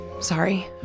sorry